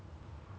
told me that